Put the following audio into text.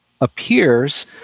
appears